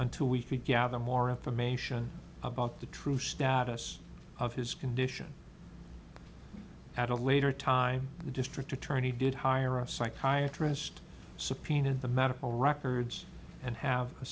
until we could gather more information about the true status of his condition at a later time the district attorney did hire a psychiatry list subpoenaed the medical records and have a